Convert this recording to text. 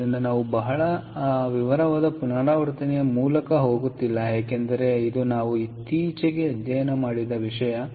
ಆದ್ದರಿಂದ ನಾನು ಬಹಳ ವಿವರವಾದ ಪುನರಾವರ್ತನೆಯ ಮೂಲಕ ಹೋಗುತ್ತಿಲ್ಲ ಏಕೆಂದರೆ ಇದು ನಾವು ಇತ್ತೀಚೆಗೆ ಅಧ್ಯಯನ ಮಾಡಿದ ವಿಷಯ